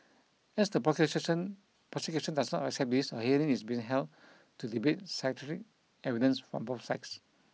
as the prosecution prosecution does not accept this a hearing is being held to debate psychiatric evidence from both sides